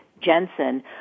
Jensen